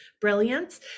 brilliance